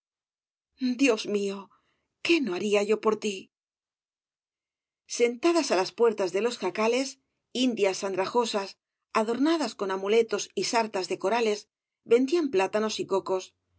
dios mío qué no haría yo por ti sentadas á las puertas de los jacales indias andrajosas adornadas con amuletos y sartas de corales vendían plátanos y cocos